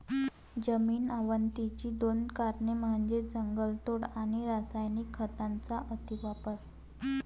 जमीन अवनतीची दोन कारणे म्हणजे जंगलतोड आणि रासायनिक खतांचा अतिवापर